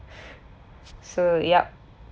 so yup